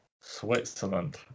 Switzerland